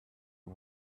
you